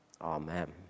Amen